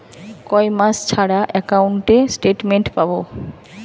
কয় মাস ছাড়া একাউন্টে স্টেটমেন্ট পাব?